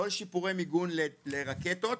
לא לשיפורי מיגון לרקטות,